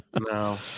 No